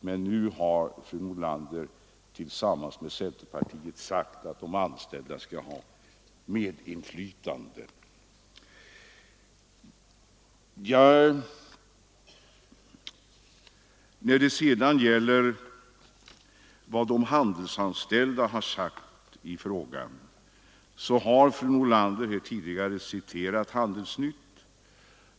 Men nu har fru Nordlander affärstidsregletillsammans med centerpartiet sagt att de anställda skall ha ”medinflytanring, m.m. de”. När det sedan gäller frågan om vad de handelsanställda sagt har fru Nordlander citerat Handels-Nytt.